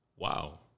wow